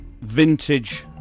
vintage